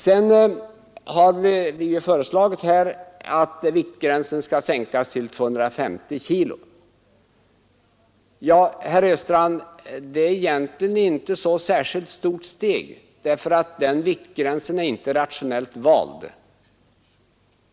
Vi har i utskottet föreslagit att viktgränsen skall sänkas till 250 kg. Det är egentligen inte ett särskilt stort steg, herr Östrand, eftersom den viktgränsen inte är rationellt vald.